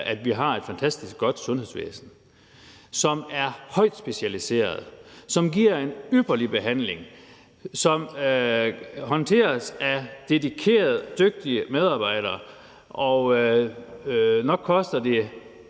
at vi har et fantastisk godt sundhedsvæsen, som er højt specialiseret, som giver en ypperlig behandling, og som håndteres af dedikerede, dygtige medarbejdere. Og nok koster det